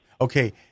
Okay